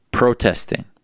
Protesting